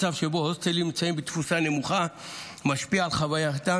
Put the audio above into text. מצב שבו הוסטלים נמצאים בתפוסה נמוכה משפיע על חווייתם